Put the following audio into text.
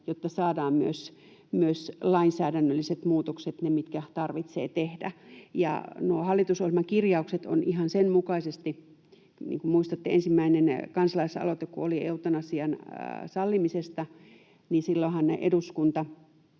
jotta saadaan myös lainsäädännölliset muutokset, mitkä tarvitsee tehdä. Nuo hallitusohjelman kirjaukset ovat ihan sen mukaisesti, niin kuin muistatte, että kun ensimmäinen kansalaisaloite oli eutanasian sallimisesta, niin silloinhan eduskunta